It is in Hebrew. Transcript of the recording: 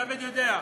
דוד יודע.